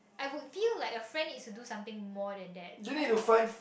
I would deal like a friend is do something more than that are you